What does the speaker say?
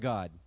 God